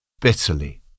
bitterly